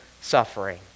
suffering